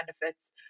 benefits